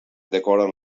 decoren